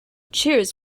cheers